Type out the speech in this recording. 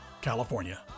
California